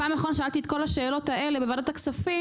אתה זוכר שבפעם האחרונה שאלתי את כל השאלות האלה בוועדת הכספים,